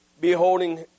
beholding